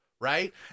right